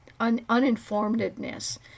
uninformedness